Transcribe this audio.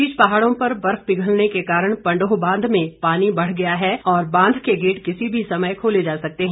इस बीच पहाड़ों पर बर्फ पिघलने के कारण पंडोह बांध में पानी बढ़ गया है और बांध के गेट किसी भी समय खोले जा सकते हैं